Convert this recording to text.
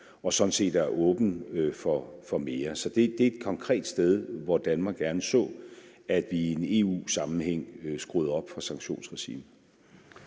og sådan set er åben over for mere. Så det er et konkret sted, hvor Danmark gerne så, at vi i en EU-sammenhæng skruede op for sanktionsregimet.